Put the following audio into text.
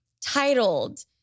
titled